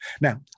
Now